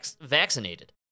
vaccinated